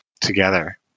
together